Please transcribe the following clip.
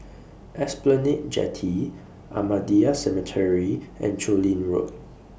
Esplanade Jetty Ahmadiyya Cemetery and Chu Lin Road